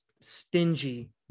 stingy